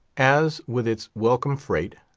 as, with its welcome freight,